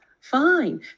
fine